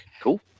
Cool